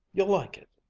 you'll like it.